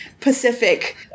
Pacific